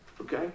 Okay